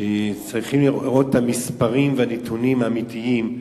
שצריך לראות את המספרים ואת הנתונים האמיתיים.